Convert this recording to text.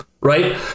right